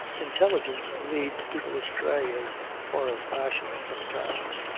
intelligence leads people astray as far as passion sometimes.